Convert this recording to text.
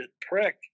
prick